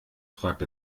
fragt